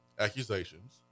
Accusations